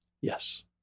Yes